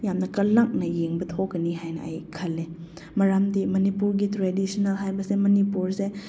ꯌꯥꯝꯅ ꯀꯜꯂꯛꯅ ꯌꯦꯡꯕ ꯊꯣꯛꯀꯅꯤ ꯍꯥꯏꯅ ꯑꯩ ꯈꯜꯂꯦ ꯃꯔꯝꯗꯤ ꯃꯅꯤꯄꯨꯔꯒꯤ ꯇ꯭ꯔꯦꯗꯤꯁꯦꯟꯅꯦꯜ ꯍꯥꯏꯕꯁꯦ ꯃꯅꯤꯄꯨꯔꯁꯦ